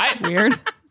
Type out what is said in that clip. weird